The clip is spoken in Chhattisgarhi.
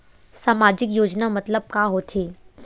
सामजिक योजना मतलब का होथे?